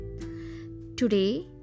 Today